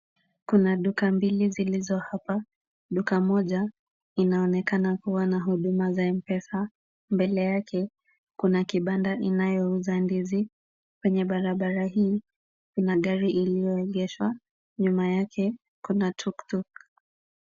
Kuna duka mbili zilizo hapa. Duka moja inaonekana kuwa na huduma za M-Pesa. Mbele yake kuna kibanda inayouza ndizi. Kwenye barabara hii kuna gari iliyoegeshwa, nyuma yake kuna tuktuk.